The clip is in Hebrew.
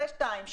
שלישית,